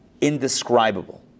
indescribable